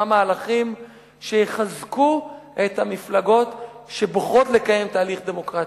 מהלכים שיחזקו את המפלגות שבוחרות לקיים תהליך דמוקרטי.